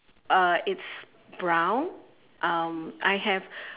uh it's brown um I have